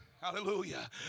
Hallelujah